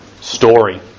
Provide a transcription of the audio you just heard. story